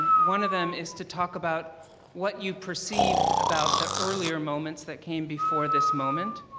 one of them is to talk about what you perceived about the earlier moments that came before this moment.